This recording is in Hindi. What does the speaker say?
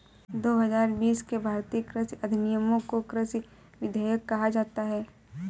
दो हजार बीस के भारतीय कृषि अधिनियमों को कृषि विधेयक कहा जाता है